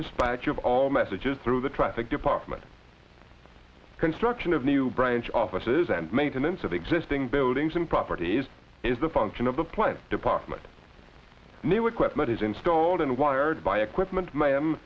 of all messages through the traffic department the construction of new branch offices and maintenance of existing buildings and properties is the function of the plant department new equipment is installed and wired by equipment mayhem